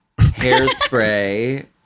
hairspray